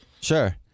Sure